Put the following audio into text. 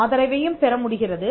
ஆதரவையும் பெற முடிகிறது